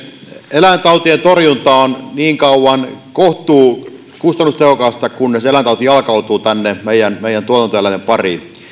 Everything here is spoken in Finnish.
eläintautien torjunta on niin kauan kohtuu kustannustehokasta kunnes eläintauti jalkautuu tänne meidän tuotantoeläinten pariin